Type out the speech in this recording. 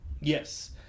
Yes